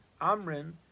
Amrin